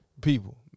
people